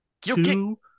Two